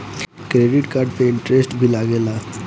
Credit card पे interest भी लागेला?